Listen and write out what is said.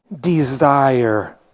desire